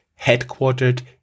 headquartered